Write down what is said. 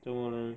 做么 leh